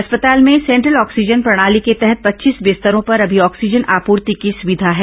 अस्पताल में central oxygen प्रणाली के तहत पच्चीस बिस्तरों पर अभी ऑक्सीजन आपूर्ति की सुविधा है